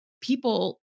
people